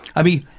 i mean,